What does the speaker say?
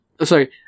Sorry